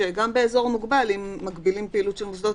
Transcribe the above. שגם באזור מוגבל אם מגבילים פעילות של מוסדות